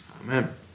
Amen